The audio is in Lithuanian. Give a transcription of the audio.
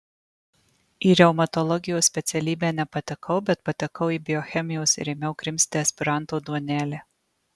į reumatologijos specialybę nepatekau bet patekau į biochemijos ir ėmiau krimsti aspiranto duonelę